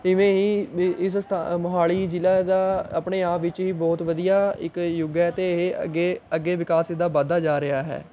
ਇਵੇਂ ਹੀ ਇਹ ਇਸ ਸਥਾਨ ਮੋਹਾਲੀ ਜ਼ਿਲ੍ਹਾ ਇਹਦਾ ਆਪਣੇ ਆਪ ਵਿੱਚ ਹੀ ਬਹੁਤ ਵਧੀਆ ਇੱਕ ਯੁੱਗ ਹੈ ਅਤੇ ਇਹ ਅੱਗੇ ਅੱਗੇ ਵਿਕਾਸ ਇਹਦਾ ਵੱਧਦਾ ਜਾ ਰਿਹਾ ਹੈ